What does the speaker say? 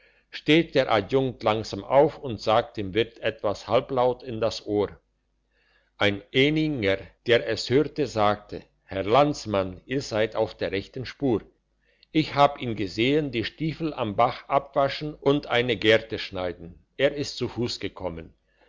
steht der adjunkt langsam auf und sagt dem wirt etwas halblaut in das ohr ein ehninger der es hörte sagt herr landsmann ihr seid auf der rechten spur ich hab ihn gesehn die stiefel am bach abwaschen und eine gerte schneiden er ist zu fuss gekommen